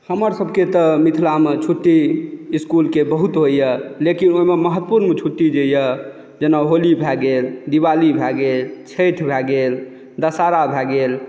हमरसभकेँ तऽ मिथिलामे छुट्टी इसकुलके बहुत होइए लेकिन ओहिमे महत्वपुर्ण छुट्टी जे यए जेना होली भए गेल दिवाली भए गेल छठि भए गेल दशहरा भए गेल